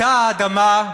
"אתה האדמה,